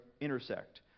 intersect